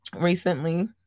recently